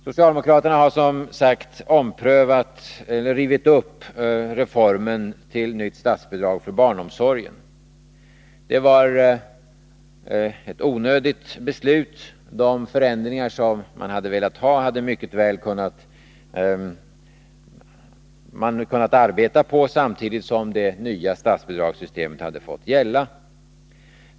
Socialdemokraterna har som sagt rivit upp reformen om nytt statsbidrag till barnomsorgen. Det var ett onödigt beslut. De förändringar som man ville ha hade man mycket väl kunnat arbeta på samtidigt som det nya statsbidragssystemet hade fått gälla.